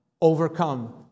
overcome